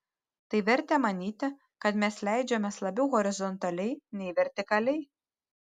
tai vertė manyti kad mes leidžiamės labiau horizontaliai nei vertikaliai